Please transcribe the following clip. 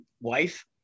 wife